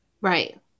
Right